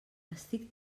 estic